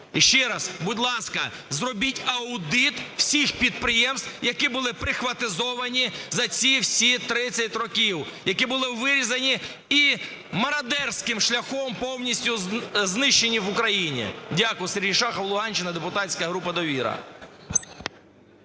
Ще раз, будь ласка, зробіть аудит всіх підприємств, які були "прихватизовані" за ці всі 30 років, які були вирізані і мародерським шляхом повністю знищені в Україні. Дякую. Сергій Шахов, Луганщина, депутатська група "Довіра".